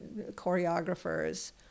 choreographers